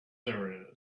there